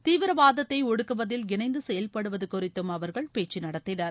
தீவிரவாதத்தை ஒடுக்குவதில் இணைந்து செயல்பாடுவது குறித்தும் அவர்கள் பேச்சு நடத்தினர்